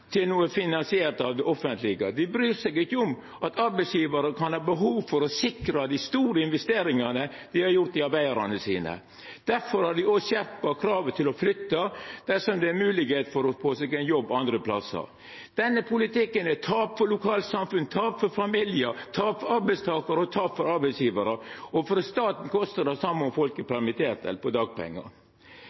til noko finansiert av det offentlege. Dei bryr seg ikkje om at arbeidsgjevarar kan ha behov for å sikra dei store investeringane dei har gjort i arbeidarane sine. Difor har dei òg skjerpa kravet til å flytta dersom det er mogeleg å få seg jobb andre plassar. Denne politikken er eit tap for lokalsamfunn, tap for familiar, tap for arbeidstakar og tap for arbeidsgjevarar. Og for staten kostar det det same om folk er permitterte eller får dagpengar.